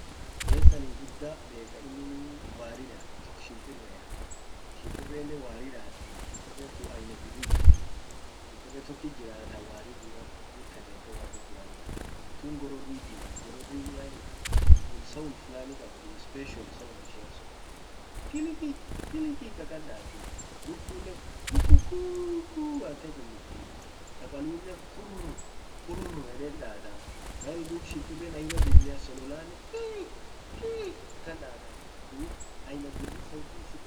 Bines anin gudda bek ka innini wari daat. tok shimpirea shimpirenen wari daati shimpiren tun aina birri jirtii. shimpire tokit jiraa ta wari diram mukir tatette wari flani daat. tuun gororrit jiraa gororrin yani won sound flani qabdii special sound ishia sun gororrin kiliqi kiliqi akan daati. lukunen kukukuuku yette kulifte sapalunen kurr kurr yede daata yani dum shimpire aina birria sololanen kiiq kiiq akan daata. duub aina birri sauti ishin ufkasa yasit birrit jiraa.